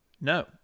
No